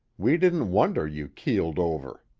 we didn't wonder you keeled over.